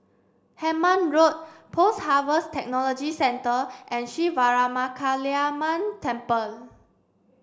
Hemmant Road Post Harvest Technology Centre and Sri Veeramakaliamman Temple